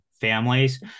families